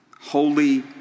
holy